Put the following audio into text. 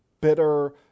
bitter